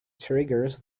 triggers